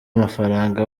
amafaranga